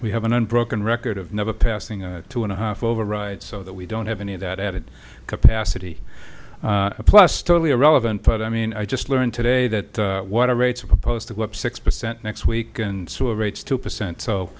we have an unbroken record of never passing a two and a half override so that we don't have any of that added capacity plus totally irrelevant but i mean i just learned today that water rates are proposed to go up six percent next week and so rates two percent so